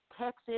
Texas